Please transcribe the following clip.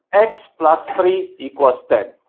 x plus three equals ten.